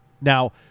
now